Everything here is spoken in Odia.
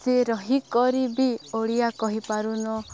ସେ ରହିକରି ବି ଓଡ଼ିଆ କହିପାରୁନ